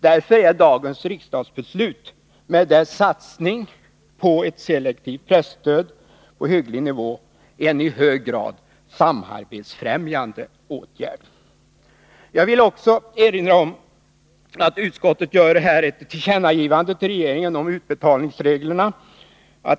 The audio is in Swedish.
Därför är dagens riksdagsbeslut med dess satsning på ett selektivt presstöd på en hygglig nivå i hög grad samarbetsbefrämjande. Jag vill också erinra om att utskottet föreslår ett tillkännagivande till regeringen om utbetalningsreglerna.